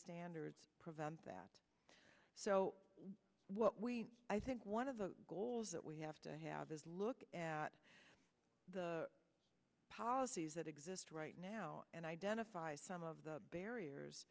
standards prevent that so what we i think one of the goals that we have to have is look at the policies that exist right now and identify some of the barriers